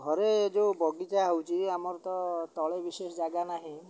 ଘରେ ଯେଉଁ ବଗିଚା ହେଉଛି ଆମର ତ ତଳେ ବିଶେଷ ଜାଗା ନାହିଁ